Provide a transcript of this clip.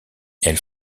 elle